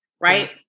Right